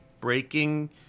breaking